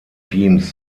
teams